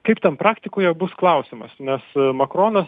kaip ten praktikoje bus klausimas nes makronas